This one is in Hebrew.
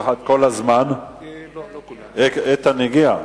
איתן הגיע.